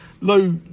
low